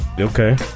Okay